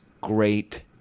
great